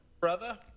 brother